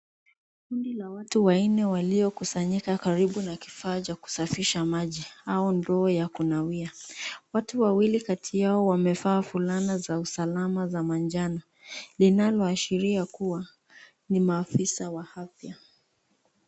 Kundi la watu wanne waliokusanyika karibu na kifaa cha kusafisha maji au ndoo ya kunawia. Watu wawili kati yao wamevaa vulana za usalama za manjano linaloashiria kuwa ni maafisa wa afya.